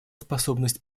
способность